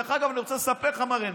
דרך אגב, אני רוצה לספר לך, מר הנדל,